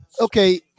okay